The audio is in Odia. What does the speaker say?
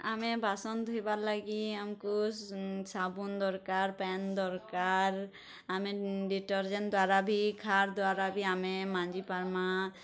ଆମେ ବାସନ୍ ଧୁଇବାର୍ ଲାଗି ଆମକୁ ସାବୁନ୍ ଦରକାର୍ ପାନ୍ ଦରକାର୍ ଆମେ ଡିଟରଜେନ୍ ଦ୍ଵାରା ବି ଖାର୍ ଦ୍ଵାରା ବି ଆମେ ମାଜି ପାର୍ମା